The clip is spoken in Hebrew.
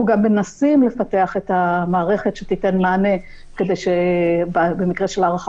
אנחנו גם מנסים לפתח את המערכת שתיתן מענה כדי שבמקרה של הארכה